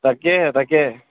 তাকেহে তাকে